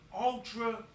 ultra